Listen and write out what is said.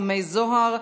חמי זוהר),